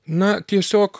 na tiesiog